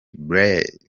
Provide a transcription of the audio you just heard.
blaze